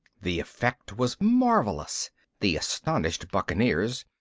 the effect was marvellous the astonished buccaneers,